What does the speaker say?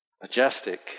Majestic